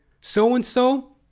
So-and-so